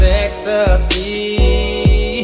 ecstasy